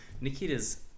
Nikita's